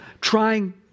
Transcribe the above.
trying